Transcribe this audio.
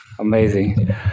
Amazing